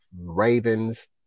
Ravens